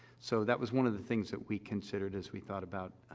so, that was one of the things that we considered as we thought about, ah,